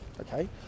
okay